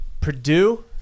Purdue